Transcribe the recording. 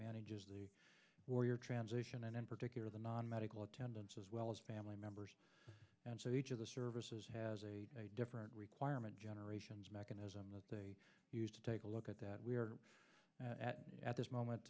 manages the warrior transition and in particular the non medical attendance as well as family members and each of the services has a different requirement generations mechanism that they used to take a look at that we are at at this moment